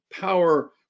power